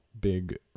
big